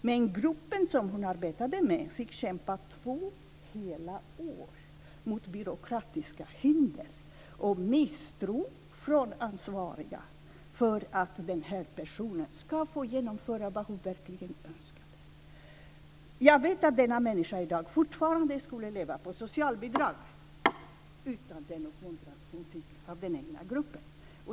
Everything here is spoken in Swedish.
Men gruppen som hon arbetade med fick kämpa i två hela år mot byråkratiska hinder och misstro från ansvariga för att den här personen skulle få genomföra vad hon verkligen önskade. Jag vet att denna människa i dag fortfarande skulle ha levt på socialbidrag utan den uppmuntran hon fick av den egna gruppen.